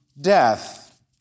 death